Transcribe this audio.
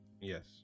Yes